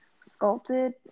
Sculpted